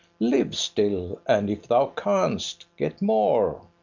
live still and, if thou canst, get more.